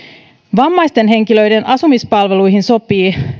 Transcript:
vammaisten henkilöiden asumispalveluihin sopii